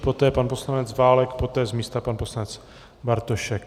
Poté pan poslanec Válek, poté z místa pan poslanec Bartošek.